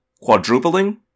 quadrupling